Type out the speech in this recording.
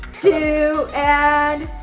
two and